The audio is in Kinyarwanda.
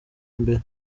imbere